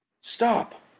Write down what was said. Stop